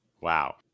Wow